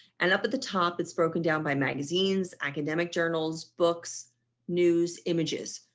and up at the top, it's broken down by magazines academic journals books news images.